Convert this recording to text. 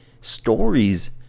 stories